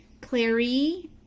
Clary